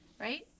right